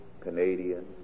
Canadian